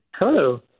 Hello